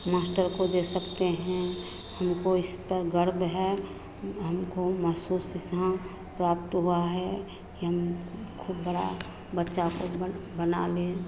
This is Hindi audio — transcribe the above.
मास्टर को दे सकते हैं हमको इस पर गर्व है हमको महसूस ऐसा प्राप्त हुआ है कि हम खूब बड़ा बच्चा को बन बना लें